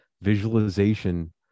Visualization